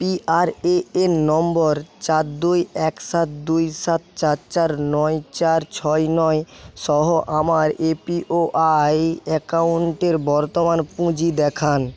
PRAN নম্বর চার দুই এক সাত দুই সাত চার চার নয় চার ছয় নয় সহ আমার এপিওআই অ্যাকাউন্টের বর্তমান পুঁজি দেখান